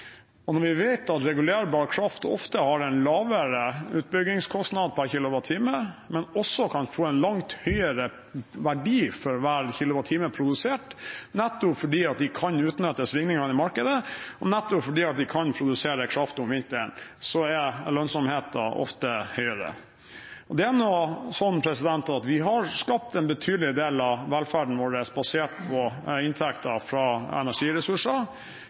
Og når vi vet at regulerbar kraft ofte har en lavere utbyggingskostnad per kWt, men også kan få en langt høyere verdi for hver kWt produsert, nettopp fordi de kan utnytte svingningene i markedet, og nettopp fordi de kan produsere kraft om vinteren, så er lønnsomheten ofte høyere. Og det er nå slik at en betydelig del av velferden vår er basert på inntekter fra energiressurser.